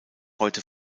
heute